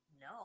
no